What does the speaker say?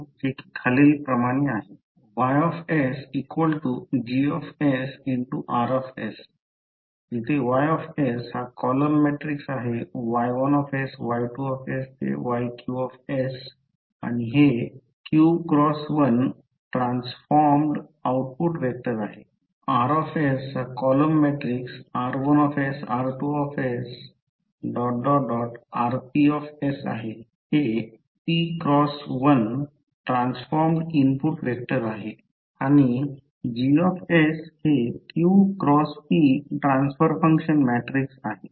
हे qx1 transformed output vector आहे हे px1 ट्रान्सफॉर्म्डइनपुट व्हेक्टर आहे आणि हे qxp ट्रान्सफर फंक्शन मॅट्रिक्स आहे